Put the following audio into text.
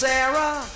Sarah